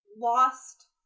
lost